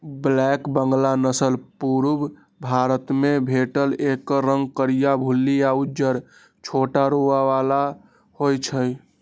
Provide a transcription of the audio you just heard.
black Bengal नसल पुरुब भारतमे भेटत एकर रंग करीया, भुल्ली आ उज्जर छोट रोआ बला होइ छइ